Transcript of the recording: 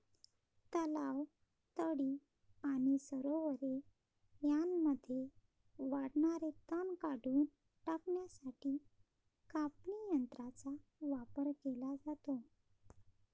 तलाव, तळी आणि सरोवरे यांमध्ये वाढणारे तण काढून टाकण्यासाठी कापणी यंत्रांचा वापर केला जातो